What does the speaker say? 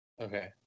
Okay